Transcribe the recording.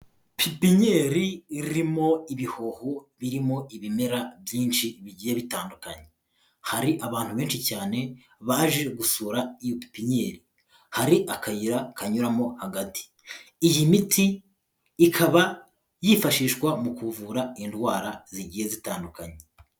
Pipinyeri irimo ibihoho birimo ibimera byinshi bigiye bitandukanye, hari abantu benshi cyane baje gusura iyo pipinyeri, hari akayira kanyuramo hagati, iyi miti ikaba yifashishwa mu kuvura indwara zigiye zitandukanye.